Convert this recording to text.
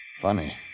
funny